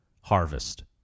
Harvest